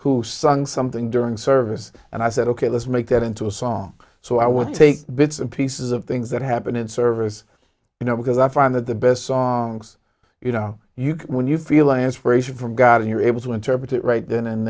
who sung something during service and i said ok let's make that into a song so i would take bits and pieces of things that happen in service you know because i find that the best songs you know you can when you feel lance ration from god and you're able to interpret it right then and